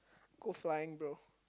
go flying bro